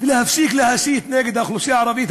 ולהפסיק להסית נגד האוכלוסייה הערבית.